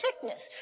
sickness